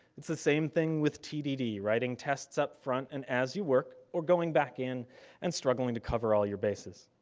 it's the same thing with tdd, writing tests up front and as you you work or going back in and struggling to cover all your bases.